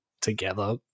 together